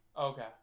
Okay